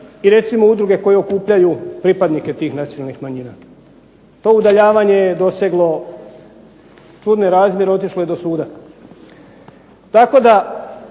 i recimo udruge koje okupljaju pripadnike tih nacionalnih manjina. To udaljavanje je doseglo čudne razmjere, otišlo je do suda. Tako da